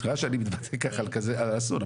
סליחה שאני מדבר ככה על כזה אסון,